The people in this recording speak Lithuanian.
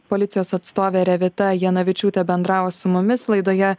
policijos atstovė revita janavičiūtė bendravo su mumis laidoje